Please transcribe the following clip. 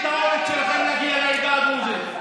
12 שנה אני כאן, רק עדה דרוזית.